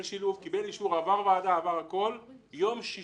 כאן מצויה באותו אופן ואולי באופן חמור יותר